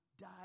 died